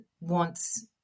wants